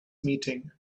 meeting